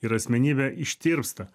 ir asmenybė ištirpsta